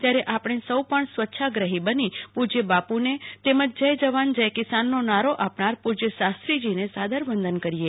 ત્યારે આપણે સૌ સ્વચ્છાગ્રહી બની પુજ્ય બાપુને અને જય જવાન જય કિસાન નો નારો આપનાર પુ જય શાસ્ત્રીજીને સા દર વં દન કરીએ